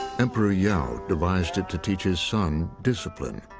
emperor yao devised it to teach his son discipline,